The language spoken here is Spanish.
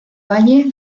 valle